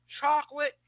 chocolate